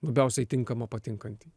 labiausiai tinkamą patinkantį